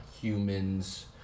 humans